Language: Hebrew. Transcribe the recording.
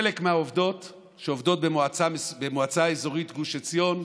חלק מהעובדות עובדות במועצה אזורית גוש עציון.